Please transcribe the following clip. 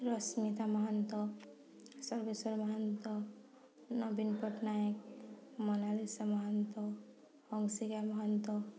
ରଶ୍ମିତା ମହାନ୍ତ ସର୍ବେଶ୍ୱର ମହାନ୍ତ ନବୀନ ପଟ୍ଟନାୟକ ମୋନାଲିସା ମହାନ୍ତ ଅଂଶିକା ମହାନ୍ତ